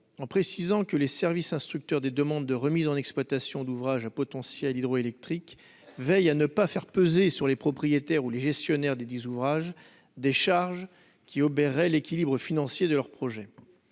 en précisant que les services instructeurs des demandes de remise en exploitation d'ouvrages potentiel hydroélectrique veillent à ne pas faire peser sur les propriétaires ou les gestionnaires des 10 ouvrages des charges qui obèrent équilibre financier de leur projet